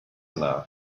now